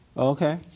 Okay